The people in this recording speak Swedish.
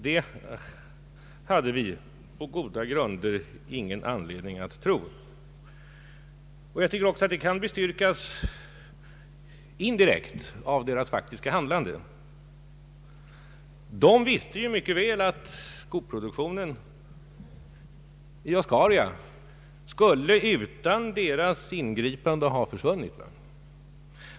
Vi hade goda skäl att tro på Bataledningens planer att driva produktionen vidare. Detta kan bestyrkas indirekt genom Batakoncernens faktiska handlande. Batakoncernen visste mycket väl att Oscariakoncernens skoproduktion utan dess ingripande skulle ha försvunnit.